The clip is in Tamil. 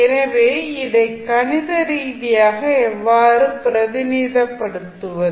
எனவே இதை கணித ரீதியாக எவ்வாறு பிரதிநிதித்துவபடுத்துவது